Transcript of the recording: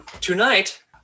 Tonight